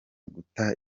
guta